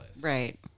right